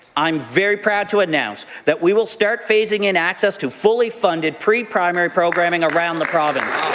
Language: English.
i'm very proud to announce that we will start phasing in access to fully funded preprimary programming around the province.